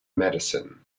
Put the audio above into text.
medicine